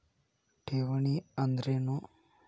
ಠೇವಣಿ ಅಂದ್ರೇನು?